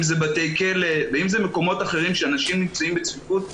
אם זה בתי כלא ואם זה מקומות אחרים שבהם אנשים נמצאים בצפיפות.